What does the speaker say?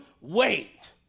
wait